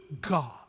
God